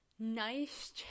Nice